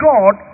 God